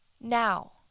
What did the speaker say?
now